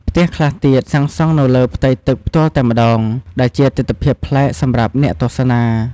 ផ្ទះខ្លះទៀតសាងសង់នៅលើផ្ទៃទឹកផ្ទាល់តែម្តង ដែលជាទិដ្ឋភាពប្លែកសម្រាប់អ្នកទស្សនា។